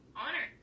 honor